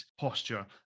posture